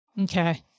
Okay